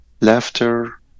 laughter